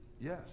Yes